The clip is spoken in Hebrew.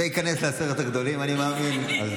זה ייכנס לעשרת הגדולים, אני מאמין.